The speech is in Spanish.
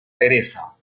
teresa